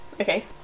Okay